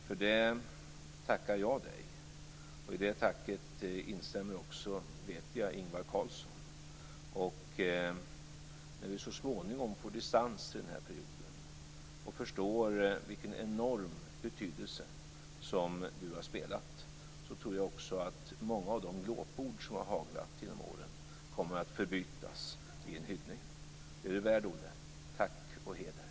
För det tackar jag dig, och jag vet att också Ingvar Carlsson instämmer i det tacket. När vi så småningom får distans till den här perioden och förstår vilken enorm betydelse du har spelat tror jag också att många av de glåpord som har haglat genom åren kommer att förbytas i en hyllning. Det är du värd, Olle. Tack och heder!